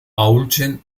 ahultzen